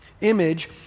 image